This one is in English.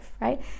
right